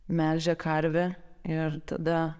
melžė karvę ir tada